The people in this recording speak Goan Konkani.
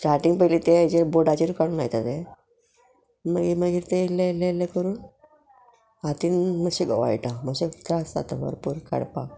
स्टाटींग पयलीं तें हेजेर बोर्डाचेर काडून लायता ते मागीर मागीर ते येल्ले येल्ले येल्ले करून हातीन मातशे गोवाळटा मातशे त्रास जाता भरपूर काडपाक